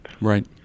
Right